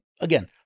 again